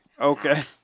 Okay